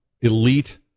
elite